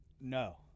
No